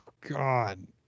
God